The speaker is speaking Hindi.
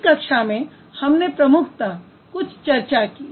इस कक्षा में हमने प्रमुखतः कुछ चर्चा की